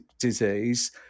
disease